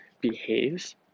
behaves